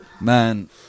Man